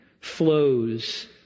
flows